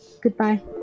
Goodbye